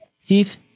Heath